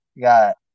Got